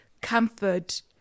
comfort